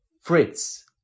Fritz